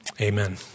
amen